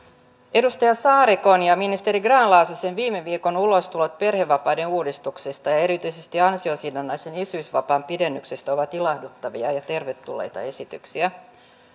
edustaja saarikon ja ministeri grahn laasosen viime viikon ulostulot perhevapaiden uudistuksista ja erityisesti ansiosidonnaisen isyysvapaan pidennyksestä ovat ilahduttavia ja tervetulleita esityksiä